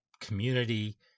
community